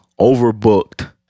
overbooked